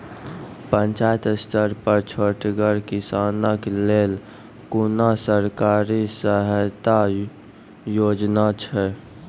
पंचायत स्तर पर छोटगर किसानक लेल कुनू सरकारी सहायता योजना छै?